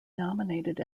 nominated